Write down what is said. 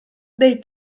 dei